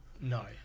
no